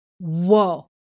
whoa